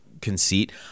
conceit